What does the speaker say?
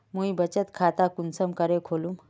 मुई बचत खता कुंसम करे खोलुम?